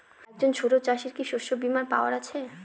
একজন ছোট চাষি কি শস্যবিমার পাওয়ার আছে?